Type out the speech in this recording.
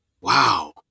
wow